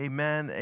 Amen